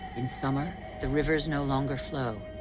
in summer, the rivers no longer flow.